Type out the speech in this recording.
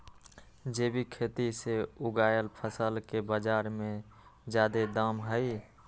जैविक खेती से उगायल फसल के बाजार में जादे दाम हई